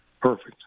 Perfect